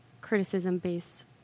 criticism-based